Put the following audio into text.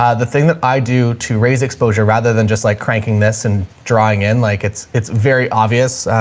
ah the thing that i do to raise exposure rather than just like cranking this and drawing in like it's it's very obvious.